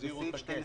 שבסעיף 12(ג)